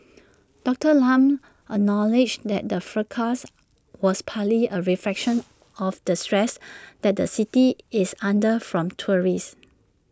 Doctor Lam acknowledges that the fracas was partly A reflection of the stress that the city is under from tourists